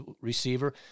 receiver